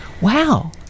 Wow